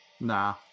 Nah